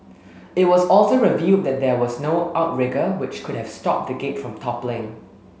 it was also revealed that there was no outrigger which could have stopped the gate from toppling